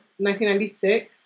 1996